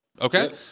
Okay